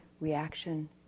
reaction